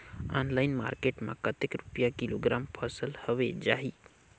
Online market मां कतेक रुपिया किलोग्राम फसल हवे जाही?